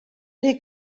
rhy